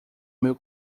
meu